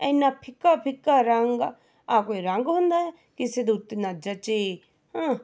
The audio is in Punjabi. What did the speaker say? ਐਨਾ ਫਿੱਕਾ ਫਿੱਕਾ ਰੰਗ ਆ ਆਹ ਕੋਈ ਰੰਗ ਹੁੰਦਾ ਹੈ ਕਿਸੇ ਦੇ ਉੱਤੇ ਨਾ ਜਚੇ